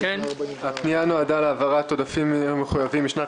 הפנייה נועדה להעברת עודפים מחויבים משנת